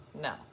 No